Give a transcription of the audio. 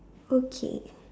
okay